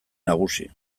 nagusi